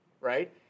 right